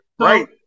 right